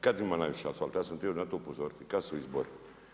Kada ima najviše asfalta, ja sam htio na to upozoriti, kada su izbori.